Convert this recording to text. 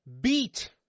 beat